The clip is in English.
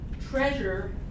treasure